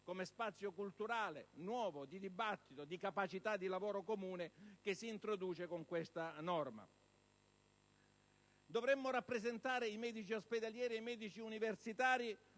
come spazio culturale, nuovo, di dibattito, di capacità di lavoro comune, che si introduce con questa norma. Dovremmo rappresentare i medici ospedalieri e i medici universitari